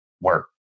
work